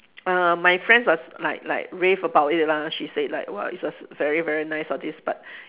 err my friend was like like rave about it lah she said like !wah! it's was very very nice of this but